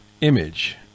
image